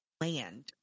Land